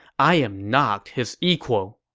i am not his equal!